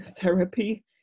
therapy